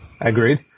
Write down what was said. Agreed